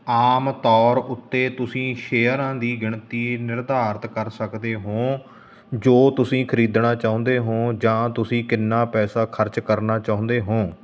ਆਮ ਤੌਰ ਉੱਤੇ ਤੁਸੀਂ ਸ਼ੇਅਰਾਂ ਦੀ ਗਿਣਤੀ ਨਿਰਧਾਰਤ ਕਰ ਸਕਦੇ ਹੋ ਜੋ ਤੁਸੀਂ ਖਰੀਦਣਾ ਚਾਹੁੰਦੇ ਹੋਵੋ ਜਾਂ ਤੁਸੀਂ ਕਿੰਨਾ ਪੈਸਾ ਖਰਚ ਕਰਨਾ ਚਾਹੁੰਦੇ ਹੋਵੋ